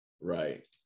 Right